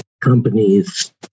companies